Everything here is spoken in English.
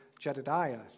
Jedidiah